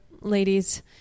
ladies